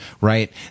right